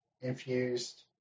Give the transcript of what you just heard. infused